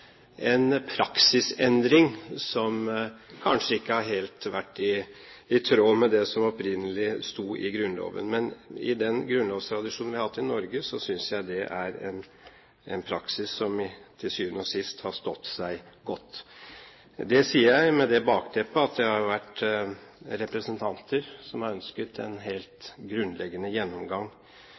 en praksisendring som kanskje ikke helt har vært i tråd med det som opprinnelig sto i Grunnloven. I den grunnlovstradisjonen vi har hatt i Norge, synes jeg det er en praksis som til syvende og sist har stått seg godt. Det sier jeg med det bakteppe at det har vært representanter som har ønsket en helt grunnleggende gjennomgang